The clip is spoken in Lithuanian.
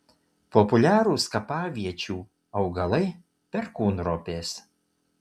populiarūs kapaviečių augalai perkūnropės